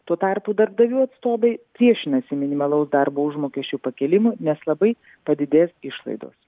tuo tarpu darbdavių atstovai priešinasi minimalaus darbo užmokesčio pakėlimui nes labai padidės išlaidos